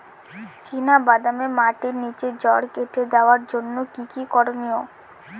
চিনা বাদামে মাটির নিচে জড় কেটে দেওয়ার জন্য কি কী করনীয়?